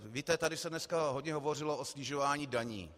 Víte, tady se dneska hodně hovořilo o snižování daní.